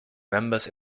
members